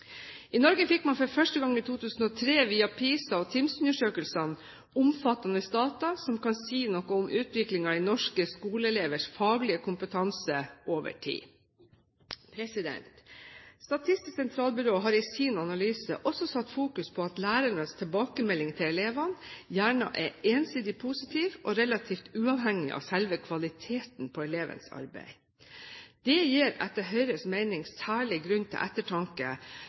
I Norge fikk man for første gang i 2003 via PISA- og TIMSS-undersøkelsene omfattende data som kan si noe om utviklingen i norske skoleelevers faglige kompetanse over tid. Statistisk sentralbyrå har i sin analyse også satt fokus på at lærernes tilbakemeldinger til elevene gjerne er ensidig positive og relativt uavhengig av selve kvaliteten på elevens arbeid. Det gir etter Høyres mening særlig grunn til ettertanke